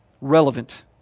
relevant